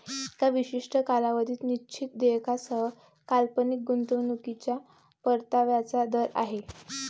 एका विशिष्ट कालावधीत निश्चित देयकासह काल्पनिक गुंतवणूकीच्या परताव्याचा दर आहे